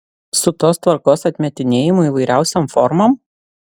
su tos tvarkos atmetinėjimu įvairiausiom formom